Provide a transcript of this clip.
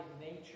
nature